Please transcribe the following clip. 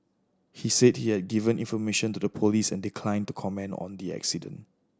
he said he had given information to the police and declined to comment on the accident